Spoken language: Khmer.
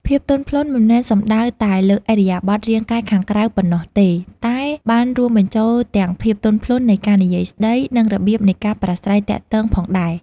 ភាពទន់ភ្លន់មិនមែនសំដៅតែលើឥរិយាបថរាងកាយខាងក្រៅប៉ុណ្ណោះទេ តែបានរួមបញ្ចូលទាំងភាពទន់ភ្លន់នៃការនិយាយស្ដី និងរបៀបនៃការប្រាស្រ័យទាក់ទងផងដែរ។